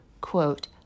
quote